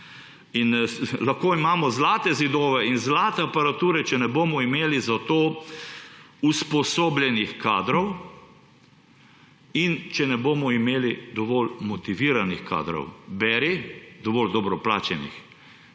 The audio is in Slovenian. In lahko imamo zlate zidove in zlate aparature, če ne bomo imeli za to usposobljenih kadrov in če ne bomo imeli dovolj motiviranih kadrov, beri – dovolj dobro plačanih,